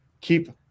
keep